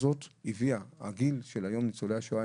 הגיל של ניצולי השואה,